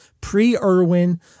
pre-Irwin